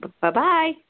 Bye-bye